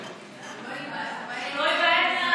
שהוא לא ייבהל.